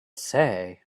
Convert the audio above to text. say